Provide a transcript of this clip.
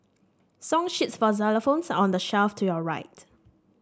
song sheets for xylophones are on the shelf to your right